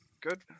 Good